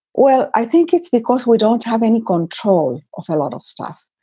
well, i think it's because we don't have any control of a lot of stuff.